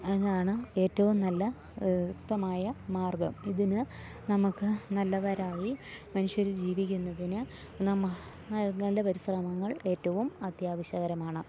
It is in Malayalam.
അതാണ് ഏറ്റവും നല്ല എളുപ്പമായ മാർഗ്ഗം ഇതിന് നമുക്ക് നല്ലവരായി മനുഷ്യര് ജീവിക്കുന്നതിന് നമ്മ ൾടെ പരിശ്രമങ്ങൾ ഏറ്റവും അത്യാവശ്യകരമാണ്